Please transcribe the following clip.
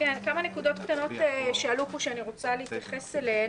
כמה נקודות קטנות שעלו פה ואני רוצה להתייחס אליהן.